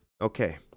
Okay